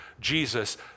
Jesus